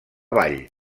vall